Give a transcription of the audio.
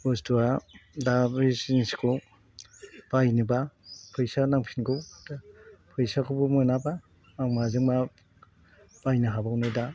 बुस्थुआ दा बै जिन्सखौ बायनोब्ला फैसा नांफिनगौ फैसाखौबो मोनाब्ला आं माजों मा बायनो हाबावनो दा